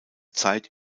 zeit